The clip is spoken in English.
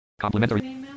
Complimentary